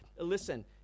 listen